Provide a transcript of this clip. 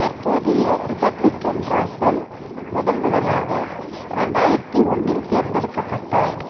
தற்போதைய Republican Ralph Bell முதன் முதலாக ரெண்டாயிரத்து ஒன்றில் தேர்ந்தெடுக்கப்பட்டார்